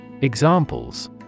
Examples